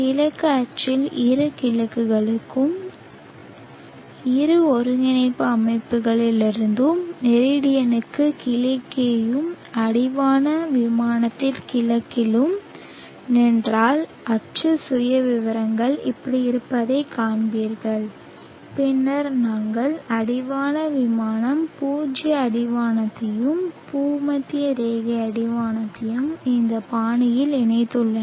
கிழக்கு அச்சில் இரு கிழக்குகளும் இரு ஒருங்கிணைப்பு அமைப்புகளிலிருந்தும் மெரிடியனுக்கு கிழக்கேயும் அடிவான விமானத்தில் கிழக்கிலும் நின்றால் அச்சு சுயவிவரங்கள் இப்படி இருப்பதைக் காண்பீர்கள் பின்னர் நாங்கள் அடிவான விமானம் பூஜ்ஜிய அடிவானத்தையும் பூமத்திய ரேகை அடிவானத்தையும் இந்த பாணியில் இணைத்துள்ளன